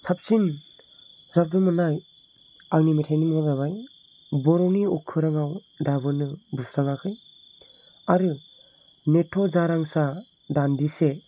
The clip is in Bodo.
साबसिन रोजाबनो मोनाय आंनि मेथाइनि मुङानो जाहैबाय बर'नि अखोराङाव दाबोनो बुस्राङाखै आरो नेथ' जारां सान दान्दिसे